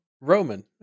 Roman